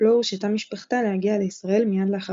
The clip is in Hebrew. לא הורשתה משפחתה להגיע לישראל מיד לאחר פטירתה.